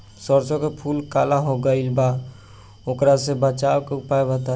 सरसों के फूल काला हो गएल बा वोकरा से बचाव के उपाय बताई?